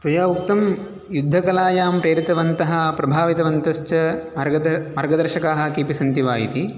त्वया उक्तं युद्धकलायां प्रेरितवन्तः प्रभावितवन्तश्च मार्गद मार्गदर्शकाः केपि सन्ति वा इति